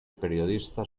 periodista